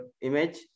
image